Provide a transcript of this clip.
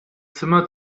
zimmer